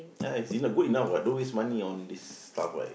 ah it's enough good enough [what] don't waste money on this stuff [what]